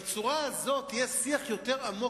בצורה הזאת יהיה שיח יותר עמוק,